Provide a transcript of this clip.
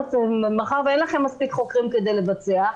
מאחר ואין לכם מספיק חוקרים כדי לבצע,